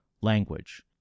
language